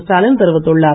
ஸ்டாலின் தெரிவித்துள்ளார்